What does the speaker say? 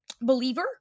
believer